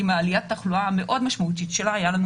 עם עליית התחלואה המאוד משמעותית שלה היה לנו